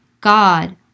god